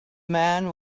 man